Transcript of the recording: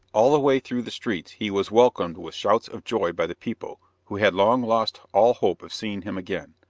all the way through the streets he was welcomed with shouts of joy by the people, who had long lost all hope of seeing him again.